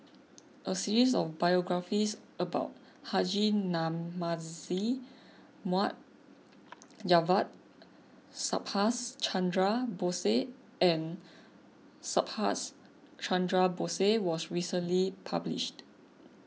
a series of biographies about Haji Namazie Mohd Javad Subhas Chandra Bose and Subhas Chandra Bose was recently published